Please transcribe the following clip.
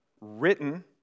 written